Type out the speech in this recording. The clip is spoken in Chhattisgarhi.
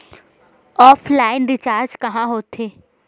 ऑफलाइन रिचार्ज कहां होथे?